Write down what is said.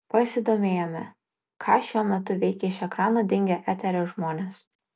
pasidomėjome ką šiuo metu veikia iš ekrano dingę eterio žmonės